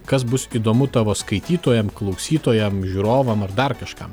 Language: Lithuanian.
kas bus įdomu tavo skaitytojam klausytojam žiūrovam ar dar kažkam